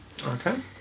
Okay